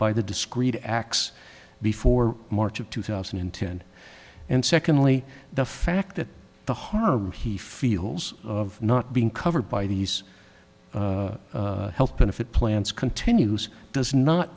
by the discrete acts before march of two thousand and ten and secondly the fact that the harm he feels of not being covered by these health benefit plans continues does not